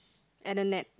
and a net